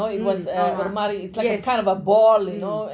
mm uh yes mm